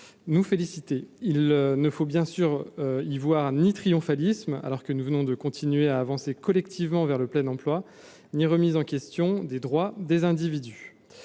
nous féliciter, il ne faut bien sûr y voir ni triomphalisme alors que nous venons de continuer à avancer collectivement vers le plein emploi, ni remise en question des droits des individus,